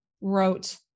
wrote